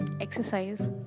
Exercise